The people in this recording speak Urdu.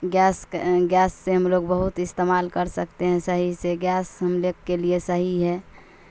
گیس کے گیس سے ہم لوگ بہت استعمال کر سکتے ہیں صحیح سے گیس ہم لوگ کے لیے صحیح ہے